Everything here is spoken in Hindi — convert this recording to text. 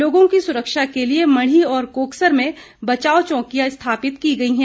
लोगों की सुरक्षा के लिए मढ़ी और कोकसर में बचाव चौकियां स्थापित की गई हैं